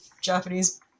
Japanese